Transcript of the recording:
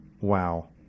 Wow